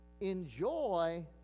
enjoy